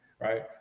right